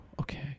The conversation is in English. okay